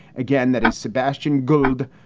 again, that is sebastian gould,